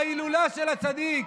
וההילולה של הצדיק,